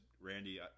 Randy